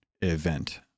event